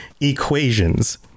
equations